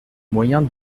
moyen